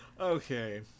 okay